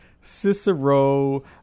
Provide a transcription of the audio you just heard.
Cicero